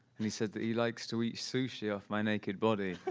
and he said that he likes to eat sushi off my naked body.